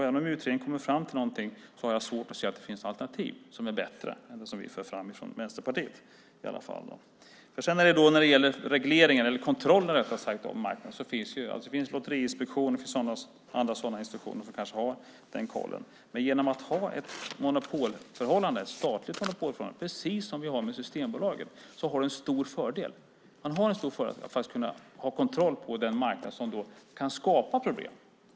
Även om utredningen kommer fram till någonting har jag svårt att se att det finns några alternativ som är bättre än det som vi från Vänsterpartiet för fram. När det gäller kontrollen av marknaden finns Lotteriinspektionen och andra som har den kontrollen. Men genom att man har ett statligt monopolförhållande, precis som vi har i fråga om Systembolaget, har man en stor fördel när det gäller att faktiskt kunna ha kontroll över den marknad som kan skapa problem.